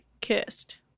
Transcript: kissed